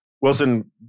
Wilson